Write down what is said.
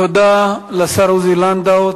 תודה לשר עוזי לנדאו,